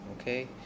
okay